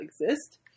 exist